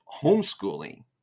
homeschooling